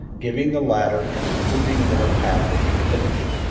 giving the latter an approving little pat as she finished.